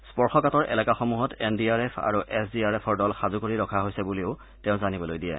স্পৰ্শকাতৰ এলেকাসমূহত N D R F আৰু এছ ডি আৰ এফৰ দল সাজু কৰি ৰখা হৈছে বুলিও তেওঁ জানিবলৈ দিয়ে